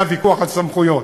שהיה ויכוח על סמכויות.